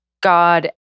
God